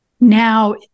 now